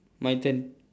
my turn